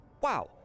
Wow